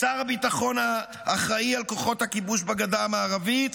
לשר הביטחון, האחראי לכוחות הכיבוש בגדה המערבית,